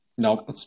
No